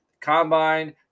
Combine